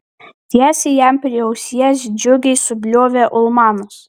tiesiai jam prie ausies džiugiai subliovė ulmanas